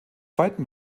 zweiten